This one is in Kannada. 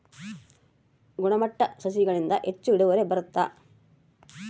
ಗುಣಮಟ್ಟ ಸಸಿಗಳಿಂದ ಹೆಚ್ಚು ಇಳುವರಿ ಬರುತ್ತಾ?